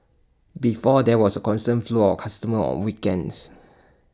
before there was A constant flow of customers on weekends